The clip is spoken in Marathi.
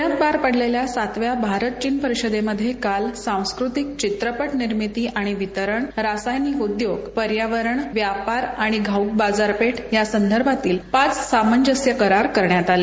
पुण्यात पार पडलेल्या सातव्या भारत चीन परिषदेमध्ये काल सांस्कृतिक चिञपट आणि निर्मिती रासायनिक उदयोग पर्यावरण व्यापार आणि घाऊक बाजारपेठ या संदर्भातील पाच सामंजस्य करार करण्यात आले